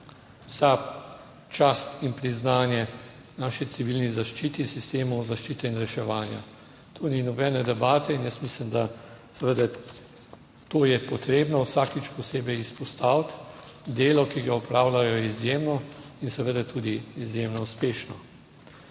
vsa čast in priznanje naši civilni zaščiti, sistemu zaščite in reševanja. Tu ni nobene debate in jaz mislim, da seveda to je potrebno vsakič posebej izpostaviti; delo, ki ga opravljajo izjemno in seveda tudi izjemno uspešno.